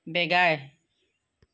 বেগাই